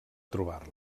trobar